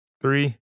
Three